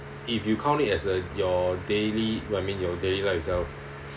if you count it as uh your daily what I mean your daily life itself